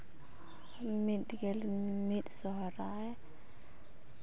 ᱢᱤᱫ ᱜᱮᱞ ᱢᱤᱫ ᱥᱚᱦᱨᱟᱭ